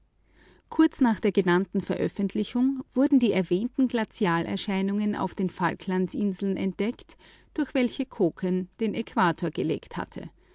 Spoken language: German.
kurz nach der genannten veröffentlichung wurden die erwähnten glazialerscheinungen auf den falklandsinseln entdeckt durch welche koken den äquator gelegt hatte